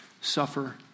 suffer